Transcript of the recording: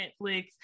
Netflix